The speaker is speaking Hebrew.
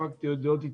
הספקתי עוד להיות איתך,